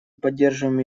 поддерживаем